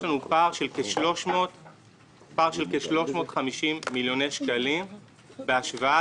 יש לנו פער של כ-350 מיליוני שקלים בהשוואה